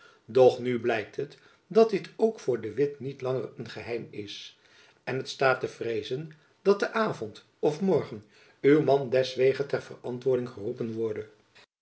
doch nu blijkt het dat dit ook voor de witt niet langer een geheim is en het staat te vreezen dat t'avond of morgen uw man deswege ter verantwoording geroepen worde